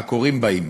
רק הורים באים.